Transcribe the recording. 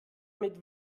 mit